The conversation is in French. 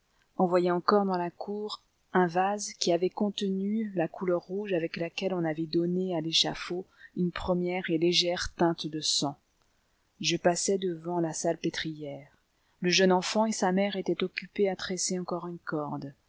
encore dans la cour un vase qui avait contenu la couleur rouge avec laquelle on avait donné à l'échafaud une première et légère teinte de sang je passai devant la salpêtrière le jeune enfant et sa mère étaient occupés à tresser encore une corde